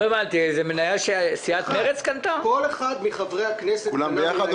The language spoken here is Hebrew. כל אחד מחברי הכנסת קנה מניה,